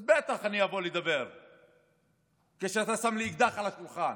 אז בטח אני אבוא לדבר כשאתה שם לי אקדח על השולחן.